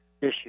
issue